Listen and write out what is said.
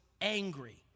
angry